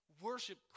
worship